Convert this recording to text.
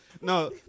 No